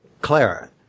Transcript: Clara